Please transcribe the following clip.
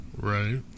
Right